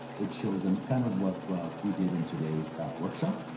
it shows them kind of what what we did in today's workshop,